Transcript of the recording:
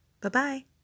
Bye-bye